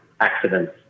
accidents